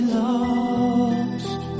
lost